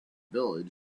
village